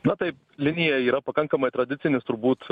na taip linija yra pakankamai tradicinis turbūt